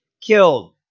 killed